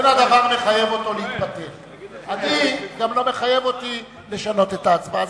אין הדבר מחייב אותו להתפטר וזה גם לא מחייב אותי לשנות את ההצבעה.